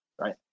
right